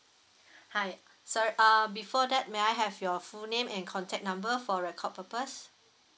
hi sir uh before that may I have your full name and contact number for record purpose